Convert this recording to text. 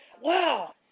wow